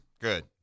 Good